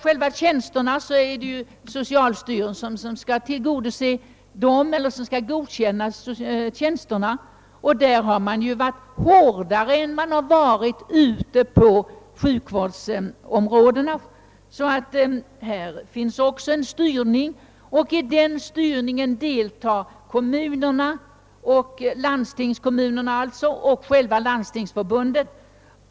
Själva tjänsterna är det socialstyrelsen som skall godkänna. I det avseendet har man varit hårdare än ute i sjukvårdsområdena. Här finns alltså också en styrning, och i den deltar landstingskommunerna och Landstingsförbundet.